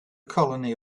colony